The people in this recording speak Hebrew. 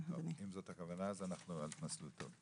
אם זאת הכוונה, אז אנחנו על מסלול טוב.